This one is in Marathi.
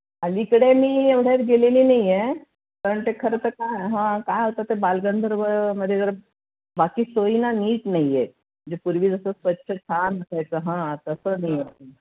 अलीकडे मी एवढ्यात गेलेली नाही आहे कारण ते खरं तर काय हां काय होतं ते बालगंधर्वमध्ये जर बाकी सोई ना नीट नाही आहेत म्हणजे पूर्वी जसं स्वच्छ छान असायचं हां तसं नाही होत आहे